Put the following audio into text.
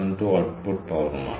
72 output പവറും ആണ്